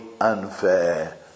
unfair